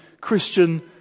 Christian